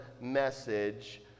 message